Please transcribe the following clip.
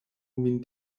min